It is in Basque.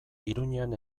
iruñean